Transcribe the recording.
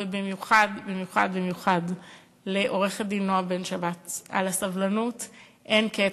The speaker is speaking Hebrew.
ובמיוחד במיוחד במיוחד לעורכת-דין נועה בן-שבת על הסבלנות אין קץ.